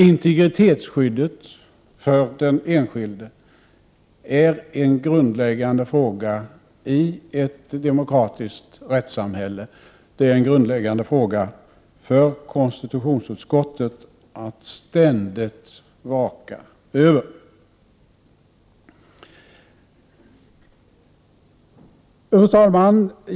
Integritetsskyddet för den enskilde är en grundläggande fråga i ett demokratiskt rättssamhälle, och det är en grundläggande fråga för konstitutionsutskottet att ständigt vaka över. Fru talman!